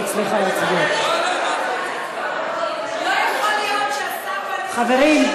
לא יכול להיות שהשר, חברים,